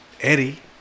Eddie